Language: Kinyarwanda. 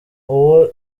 uwo